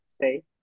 say